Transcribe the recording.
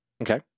Okay